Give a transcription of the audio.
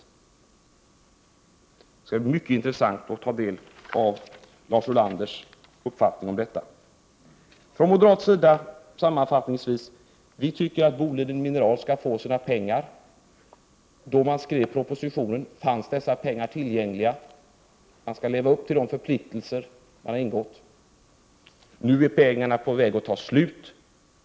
Det skall bli mycket intressant att ta del av Lars Ulanders uppfattning om detta. Sammanfattningsvis vill jag säga att vi moderater anser att Boliden Mineral skall få sina pengar. Man skall leva upp till sina förpliktelser. Då propositionen skrevs fanns dessa pengar tillgängliga. Nu är pengarna på väg att ta slut.